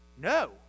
no